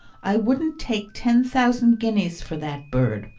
i wouldn't take ten thousand guineas for that bird.